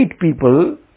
people